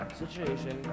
situation